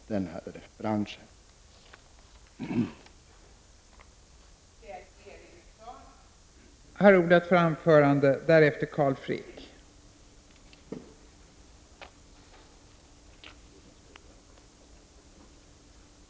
Därmed yrkar jag bifall till jordbruksutskottets hemställan.